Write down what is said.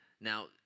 Now